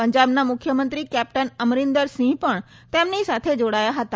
પંજાબના મુખ્યમંત્રી કેપ્ટન અમરીન્દર સિંહ પણ તેમની સાથે જોડાયા હતા